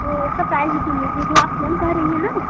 वो उसका प्राइज़ भी सुन लीजिए जो आप फोन कह रही हैं न